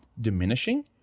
diminishing